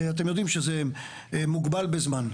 אתם יודעים שזה מוגבל בזמן.